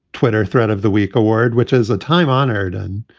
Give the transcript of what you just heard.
twitter thread of the week award, which is a time honored and